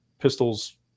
pistols